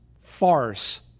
farce